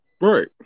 Right